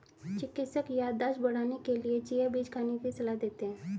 चिकित्सक याददाश्त बढ़ाने के लिए चिया बीज खाने की सलाह देते हैं